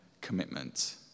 commitment